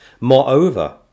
Moreover